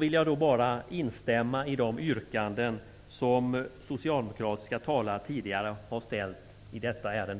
vill jag bara instämma i de yrkanden som socialdemokratiska talare tidigare har ställt i detta ärende.